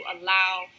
allow